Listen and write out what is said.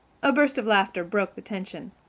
a burst of laughter broke the tension.